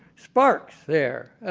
sparks there.